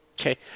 Okay